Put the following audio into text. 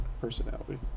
Personality